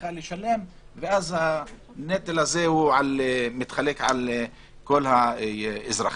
צריכה לשלם ואז הנטל הזה מתחלק על כל האזרחים.